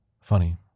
Funny